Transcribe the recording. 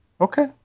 okay